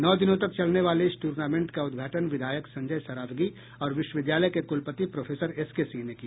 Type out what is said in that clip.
नौ दिनों तक चलने वाले इस टूर्नामेंट का उद्घाटन विधायक संजय सरावगी और विश्वविद्यालय के कुलपति प्रोफेसर एसके सिंह ने किया